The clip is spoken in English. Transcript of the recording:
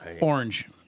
orange